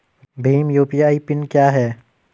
Bhim UPI PIN क्या है?